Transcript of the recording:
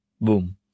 Boom